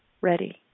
ready